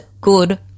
good